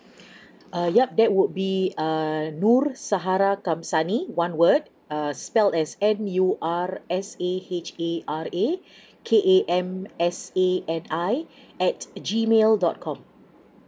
uh yup that would be err nur sahara kamsani one word err spelt as N U R S A H A R A K A M S A N I at G mail dot com